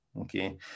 okay